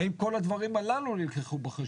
האם כל הדברים הללו נלקחו בחשבון?